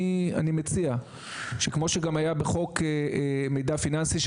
אני מציע שכמו שגם היה בחוק מידע פיננסי,